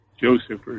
Joseph